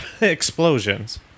explosions